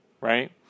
right